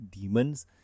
demons